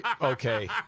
Okay